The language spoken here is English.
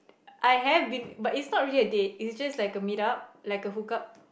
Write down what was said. I have been but it's not really a date it was just like a meet up like a hook up